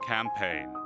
Campaign